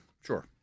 Sure